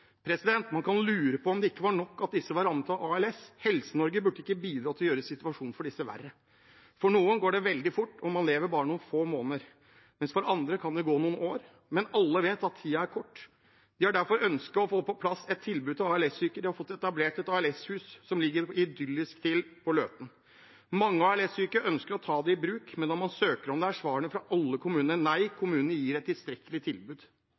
Man kan lure på om det ikke var nok at disse var rammet av ALS. Helse-Norge burde ikke bidra til å gjøre situasjonen for disse verre. For noen går det veldig fort, og de lever bare noen få måneder, mens for andre kan det gå år. Men alle vet at tiden er kort. De har derfor et ønske om å få på plass et tilbud til ALS-syke. De har fått etablert et ALS-hus som ligger idyllisk til på Løten. Mange ALS-syke ønsker å ta det i bruk, men når man søker om det, er svaret fra alle kommuner: Nei, kommunen gir et tilstrekkelig tilbud.